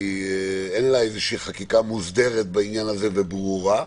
אין לה איזושהי חקיקה מוסדרת וברורה בעניין הזה.